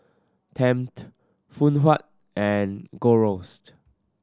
Tempt Phoon Huat and Gold Roast